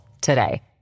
today